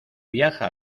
viaja